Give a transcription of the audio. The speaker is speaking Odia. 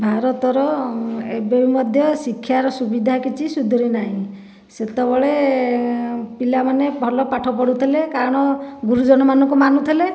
ଭାରତର ଏବେ ମଧ୍ୟ ଶିକ୍ଷାର ସୁବିଧା କିଛି ସୁଧୁରିନାହିଁ ସେତେବେଳେ ପିଲାମାନେ ଭଲ ପାଠ ପଢ଼ୁଥିଲେ କାରଣ ଗୁରୁଜନମାନଙ୍କୁ ମାନୁଥିଲେ